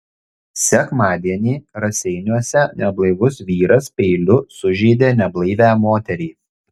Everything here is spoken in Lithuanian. sekmadienį raseiniuose neblaivus vyras peiliu sužeidė neblaivią moterį